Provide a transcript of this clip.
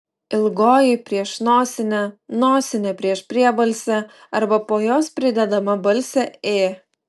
ilgoji prieš nosinę nosinė prieš priebalsę arba po jos pridedama balsė ė